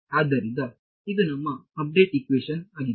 ಆದ್ದರಿಂದ ಇದು ನಮ್ಮ ಅಪ್ಡೇಟ್ ಇಕ್ವೇಶನ್ ವಾಗಿದೆ